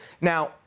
Now